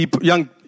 young